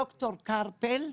ד"ר קרפל,